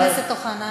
חבר הכנסת אוחנה,